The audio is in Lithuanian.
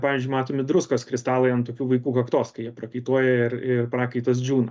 pavyzdžiui matomi druskos kristalai ant tokių vaikų kaktos kai jie prakaituoja ir ir prakaitas džiūna